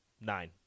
nine